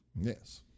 Yes